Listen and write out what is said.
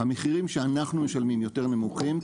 המחירים שאנחנו משלמים יותר נמוכים,